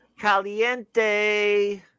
Caliente